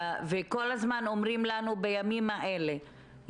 וכל הזמן אומרים לנו בימים האלה.